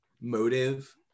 motive